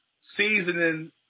seasoning